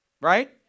Right